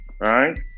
right